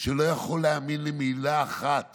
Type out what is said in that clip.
שלא יכול להאמין למילה אחת